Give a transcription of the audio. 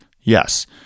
Yes